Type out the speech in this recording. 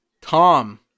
Tom